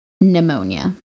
pneumonia